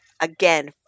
Again